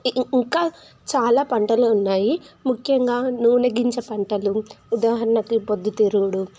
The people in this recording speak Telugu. ఇంకా చాలా పంటలు ఉన్నాయి ముఖ్యంగా నూనె గింజ పంటలు ఉదాహరణకి పొద్దుతిరుగుడు